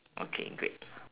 okay great